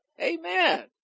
Amen